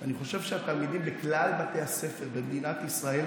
אני חושב שהתלמידים בכלל בתי הספר במדינת ישראל